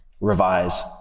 revise